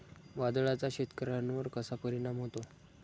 वादळाचा शेतकऱ्यांवर कसा परिणाम होतो?